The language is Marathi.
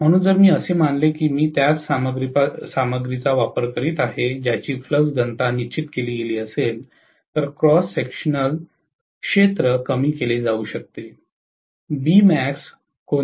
म्हणून जर मी असे मानले की मी त्याच सामग्रीचा वापर करीत आहे ज्याची फ्लक्स घनता निश्चित केली गेली असेल तर क्रॉस सेक्शनल क्षेत्र कमी केले जाऊ शकतो